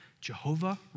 Jehovah